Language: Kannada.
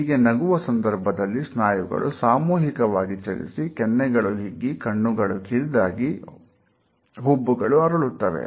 ಹೀಗೆ ನಗುವ ಸಂದರ್ಭದಲ್ಲಿ ಸ್ನಾಯುಗಳು ಸಾಮೂಹಿಕವಾಗಿ ಚಲಿಸಿ ಕೆನ್ನೆಗಳು ಹಿಗ್ಗಿ ಕಣ್ಣುಗಳು ಕಿರಿದಾಗಿ ಹುಬ್ಬುಗಳು ಅರಳುತ್ತವೆ